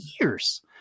years